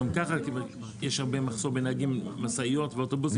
גם ככה יש מחסור בנהגי משאיות ואוטובוסים.